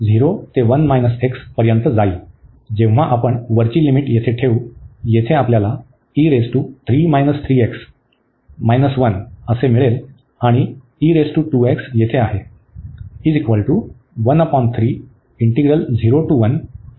जेव्हा आपण वरची लिमिट येथे ठेवू येथे आपल्याला मिळेल आणि येथे आहे